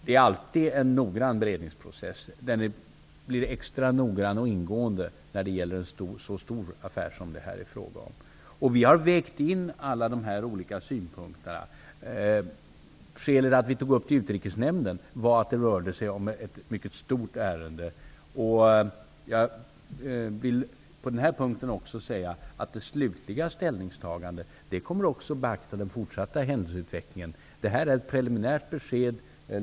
Det är alltid en noggrann beredningsprocess. Den blir extra noggrann och ingående när det gäller en så stor affär som det här är fråga om. Vi har vägt in alla dessa olika synpunkter. Skälet till att vi tog upp ärendet i Utrikesnämnden var att det rörde sig om ett mycket stort ärende. Det slutliga ställningstagandet kommer också att beakta den fortsatta händelseutvecklingen. Det här är ett preliminärt besked.